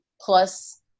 plus